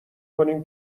کنیم